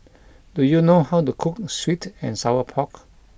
Do you know how to cook Sweet and Sour Pork